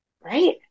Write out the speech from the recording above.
Right